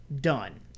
Done